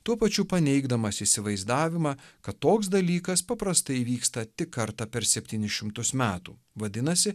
tuo pačiu paneigdamas įsivaizdavimą kad toks dalykas paprastai vyksta tik kartą per septynis šimtus metų vadinasi